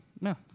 no